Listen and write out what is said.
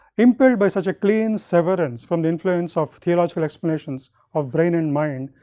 impelled by such a clean severance from the influence of theological explanations of brain and mind,